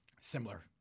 Similar